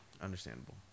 Understandable